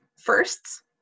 firsts